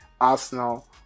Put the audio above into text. Arsenal